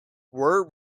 were